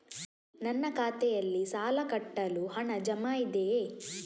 ನನ್ನ ಖಾತೆಯಲ್ಲಿ ಸಾಲ ಕಟ್ಟಲು ಹಣ ಜಮಾ ಇದೆಯೇ?